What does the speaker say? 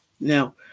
Now